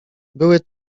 były